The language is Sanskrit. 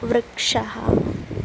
वृक्षः